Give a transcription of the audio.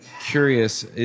curious